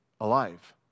Alive